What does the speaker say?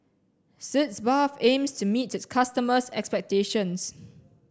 sitz bath aims to meet its customers' expectations